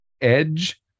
edge